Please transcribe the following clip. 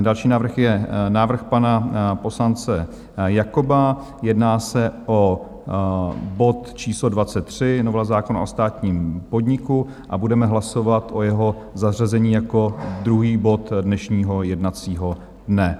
Další návrh je návrh pana poslance Jakoba, jedná se o bod číslo 23, novela zákona o státním podniku, a budeme hlasovat o jeho zařazení jako druhý bod dnešního jednacího dne.